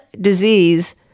disease